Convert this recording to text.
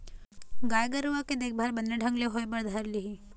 गाय गरुवा के देखभाल बने ढंग ले होय बर धर लिही